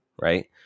Right